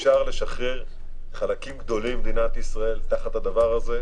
אפשר לשחרר חלקים גדולים במדינת ישראל תחת הדבר הזה,